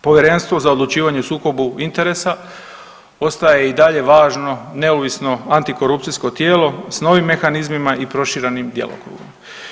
Povjerenstvo za odlučivanje o sukobu interesa ostaje i dalje važno neovisno antikorupcijsko tijelo s novim mehanizmima i proširenim djelokrugom.